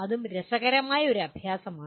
അതും രസകരമായ ഒരു അഭ്യാസമാണ്